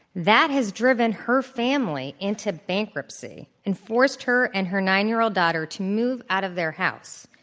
that has driven her family into bankruptcy and forced her and her nine year old daughter to move out of their house.